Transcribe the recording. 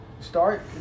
Start